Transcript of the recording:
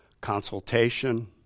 consultation